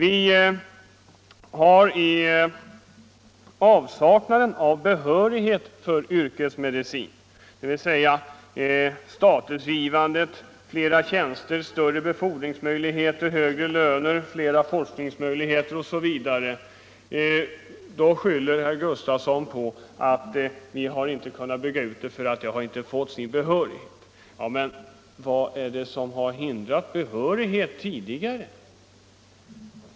I avsaknad av behörighet för yrkesmedicinare — dvs. högre status, flera tjänster, bättre befordringsmöjligheter, högre löner, bättre forskningsmöjligheter osv. — har vi inte kunnat bygga ut verksamheten så att flera läkare kunde få behörighet, säger herr Gustavsson. Men vad är det som har hindrat behörighet tidigare?